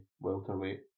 welterweight